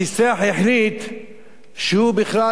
הפיסח החליט שהוא בכלל,